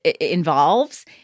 involves